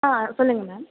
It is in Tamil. ஆ சொல்லுங்க மேம்